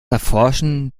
erforschen